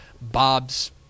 Bob's